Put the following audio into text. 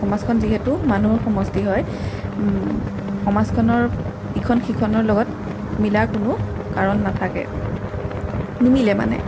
সমাজখন যিহেতু মানুহৰ সমষ্টি হয় সমাজখনৰ ইখন সিখনৰ লগত মিলাৰ কোনো কাৰণ নাথাকে নিমিলে মানে